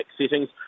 settings